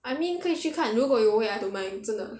I mean 可以去看如果有位 I don't mind 真的